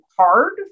hard